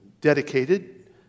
dedicated